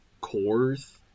cores